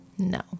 No